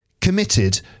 committed